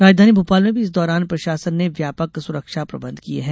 राजधानी भोपाल में भी इस दौरान प्रशासन ने व्यापक सुरक्षा प्रबंध किए हैं